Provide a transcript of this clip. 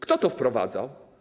Kto to wprowadzał?